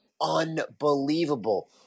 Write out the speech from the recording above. unbelievable